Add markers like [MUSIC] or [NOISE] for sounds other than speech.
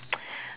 [NOISE]